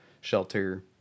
shelter